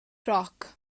roc